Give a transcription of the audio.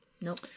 Nope